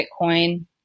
Bitcoin